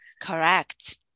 Correct